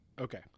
okay